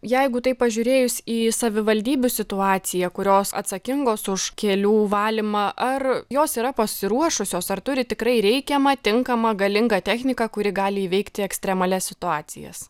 jeigu taip pažiūrėjus į savivaldybių situaciją kurios atsakingos už kelių valymą ar jos yra pasiruošusios ar turi tikrai reikiamą tinkamą galingą techniką kuri gali įveikti ekstremalias situacijas